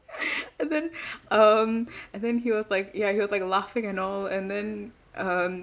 and then um and then he was like ya he was like laughing and all and then um